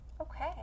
Okay